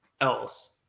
else